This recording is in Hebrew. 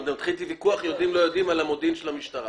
מתחיל ויכוח האם יודעים או לא יודעים על המודיעין של המשטרה.